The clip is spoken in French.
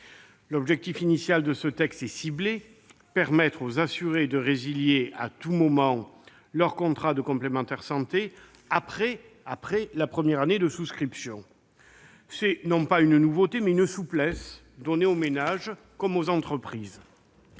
Le but initial de ce texte est clairement circonscrit : permettre aux assurés de résilier à tout moment leur contrat de complémentaire santé, après la première année de souscription. C'est, non pas une nouveauté, mais une souplesse donnée aux ménages comme aux entreprises.